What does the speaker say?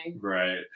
Right